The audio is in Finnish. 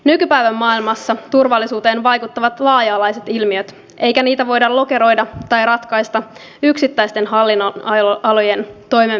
nykypäivän maailmassa turvallisuuteen vaikuttavat laaja alaiset ilmiöt eikä niitä voida lokeroida tai ratkaista yksittäisten hallinnonalojen toimenpiteillä